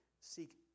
seek